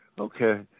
Okay